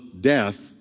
death